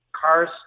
cars